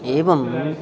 एवम्